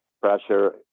pressure